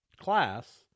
Class